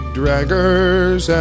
draggers